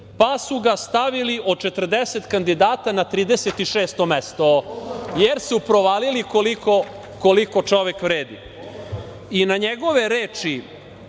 pa su ga stavili od 40 kandidata na 36. mesto, jer su provalili koliko čovek vredi. I na njegove reči